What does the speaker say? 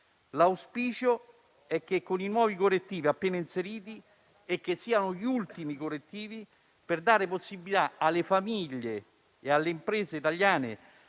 L'auspicio è che i nuovi correttivi appena inseriti siano gli ultimi correttivi per dare alle famiglie e alle imprese italiane,